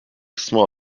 kısmı